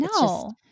no